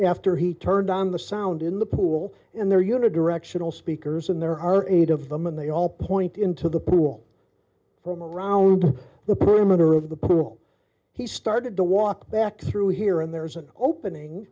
after he turned on the sound in the pool in their unit directional speakers and there are eight of them and they all point into the pool from around the perimeter of the pool he started to walk back through here and there's an opening